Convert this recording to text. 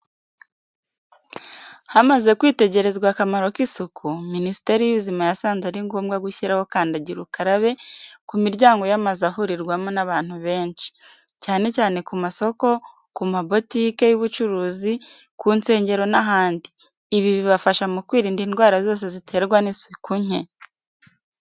Hamaze kwitegerezwa akamaro k’isuku, Minisiteri y’Ubuzima yasanze ari ngombwa gushyiraho kandagira ukarabe ku miryango y’amazu ahurirwamo n’abantu benshi, cyane cyane ku masoko, ku mabotike y’ubucuruzi, ku nsengero n’ahandi. Ibi bifasha mu kwirinda indwara zose ziterwa n’isuku nke.